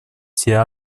все